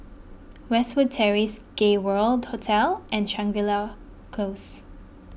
Westwood Terrace Gay World Hotel and Shangri La Close